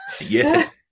Yes